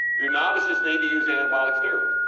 do novices need to use anabolic steroids?